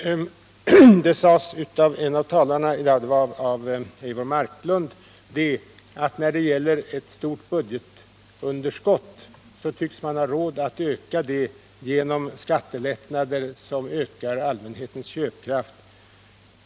Eivor Marklund sade att man tycks ha råd att öka ett stort budgetunderskott genom skattelättnader som stärker allmänhetens köpkraft.